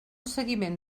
seguiment